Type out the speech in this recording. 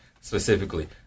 specifically